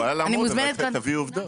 לעמוד, אבל תביאי עובדות.